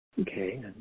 Okay